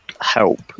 help